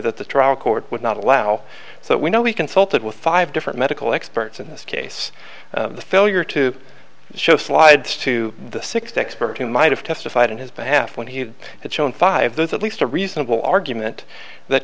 that the trial court would not allow so we know he consulted with five different medical experts in this case the failure to show slides to the sixth expert who might have testified in his behalf when he had shown five there's at least a reasonable argument that